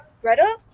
Greta